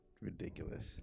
Ridiculous